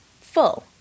full